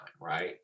right